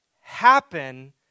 happen